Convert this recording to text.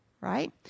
right